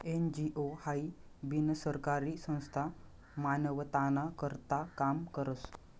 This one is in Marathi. एन.जी.ओ हाई बिनसरकारी संस्था मानवताना करता काम करस